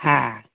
হ্যাঁ